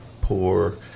poor